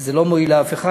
זה לא מועיל לאף אחד.